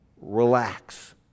Relax